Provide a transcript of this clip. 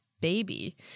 baby